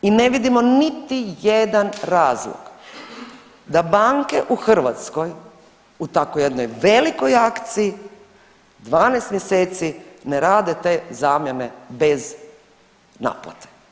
I ne vidimo niti jedan razlog da banke u Hrvatskoj u tako jednoj velikoj akciji 12 mjeseci ne rade te zamjene bez naplate.